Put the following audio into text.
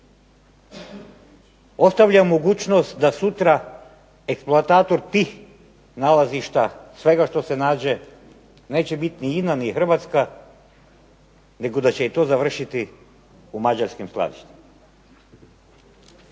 ostavlja mogućnost da sutra eksploatator tih nalazišta, svega što se nađe neće biti ni INA niti Hrvatska nego da će to završiti u Mađarskim skladištima.